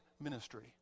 ministry